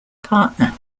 partner